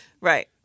Right